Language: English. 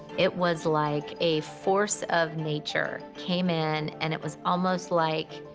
it was like a force of nature came in and it was almost like,